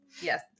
yes